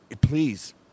please